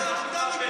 אתה מתנשא.